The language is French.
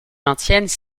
maintiennent